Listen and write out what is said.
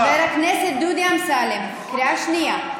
חבר הכנסת דודי אמסלם, קריאה שנייה.